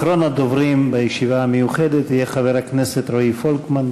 אחרון הדוברים בישיבה המיוחדת יהיה חבר הכנסת רועי פולקמן.